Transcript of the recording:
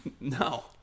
No